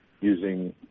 using